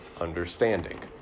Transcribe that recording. understanding